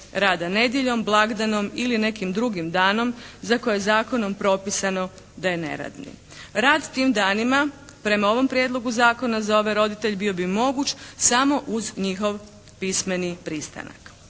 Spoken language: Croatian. rada nedjeljom, blagdanom ili nekim drugim danom za koje je zakonom propisano da je neradni. Rad tim danima prema ovom prijedlogu zakona za ove roditelje bio bi moguć samo uz njihov pismeni pristanak.